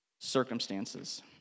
circumstances